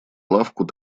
лавку